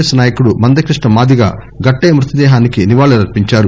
yes నాయకుడు మందకృష్ణ మాదిగ గట్టయ్య మృతదేహానికి నివాళులర్పించారు